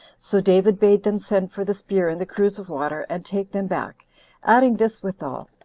so david bade them send for the spear and the cruse of water, and take them back adding this withal,